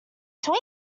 twig